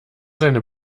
seine